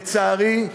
לצערי,